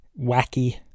wacky